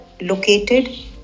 located